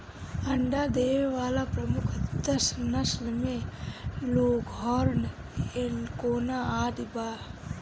अंडा देवे वाला प्रमुख दस नस्ल में लेघोर्न, एंकोना आदि बा